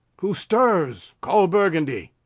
who stirs? call burgundy!